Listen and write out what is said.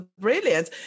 brilliant